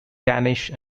danish